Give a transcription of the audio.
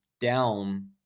down